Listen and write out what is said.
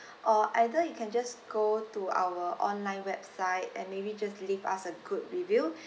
or either you can just go to our online website and maybe just leave us a good review